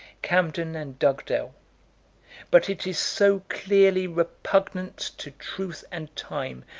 cambden and dugdale but it is so clearly repugnant to truth and time,